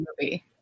movie